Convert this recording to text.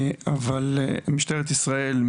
אבל משטרת ישראל,